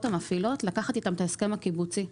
המפעילות לקחת איתן את ההסכם הקיבוצי.